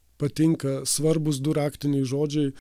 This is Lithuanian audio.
patinka svarbūs du raktiniai žodžiai